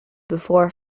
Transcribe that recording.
before